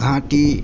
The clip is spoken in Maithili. घॅंटी